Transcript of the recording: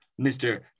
Mr